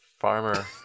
Farmer